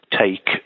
take